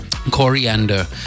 coriander